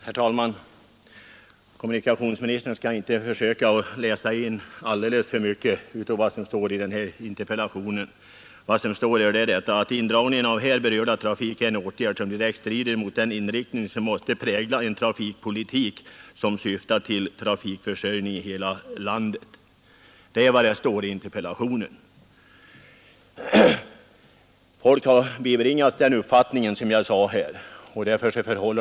Herr talman! Kommunikationsministern skall inte försöka läsa in någonting i interpellationen som inte finns där. Vad som står där är följande: ”Indragningen av här berörda trafik är en åtgärd som direkt strider mot den inriktning som måste prägla en trafikpolitik som syftar till trafikförsö Folk har bibringats den uppfattning som jag här redogjort för.